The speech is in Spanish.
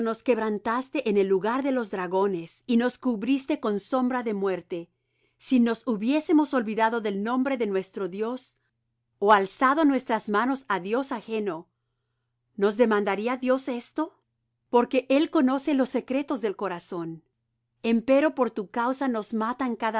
quebrantaste en el lugar de los dragones y nos cubriste con sombra de muerte si nos hubiésemos olvidado del nombre de nuestro dios o alzado nuestras manos á dios ajeno no demandaría dios esto porque él conoce los secretos del corazón empero por tu causa nos matan